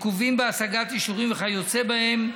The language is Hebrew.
עיכובים בהשגת אישורים וכיוצא באלה.